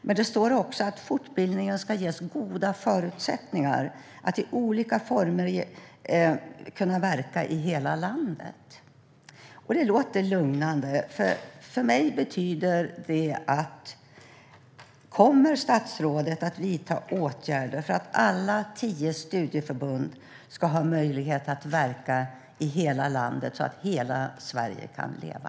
Men det står också att folkbildningen ska ges goda förutsättningar att i olika former kunna verka i hela landet. Det låter lugnande. Betyder det att statsrådet kommer att vidta åtgärder för att alla tio studieförbund ska ha möjlighet att verka i hela landet så att hela Sverige kan leva?